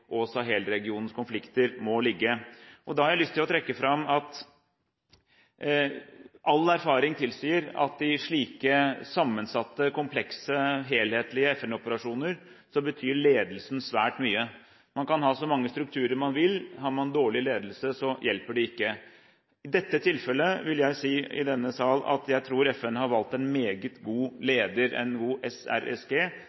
og Sahel-regionens konflikter, må ligge. Jeg har lyst til å trekke fram at all erfaring tilsier at i slike sammensatte, komplekse, helhetlige FN-operasjoner betyr ledelsen svært mye. Man kan ha så mange strukturer man vil, men har man dårlig ledelse, så hjelper det ikke. I dette tilfellet vil jeg i denne sal si at jeg tror FN har valgt en meget god